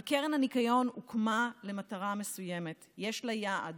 אבל קרן הניקיון הוקמה למטרה מסוימת, יש לה יעד,